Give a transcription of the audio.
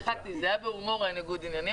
צחקתי, זה היה בהומור, הניגוד עניינים.